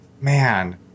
man